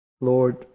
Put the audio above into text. Lord